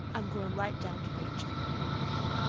i'm going right down to rachel.